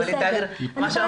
זה בסדר --- או.קיי,